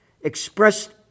expressed